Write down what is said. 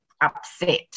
upset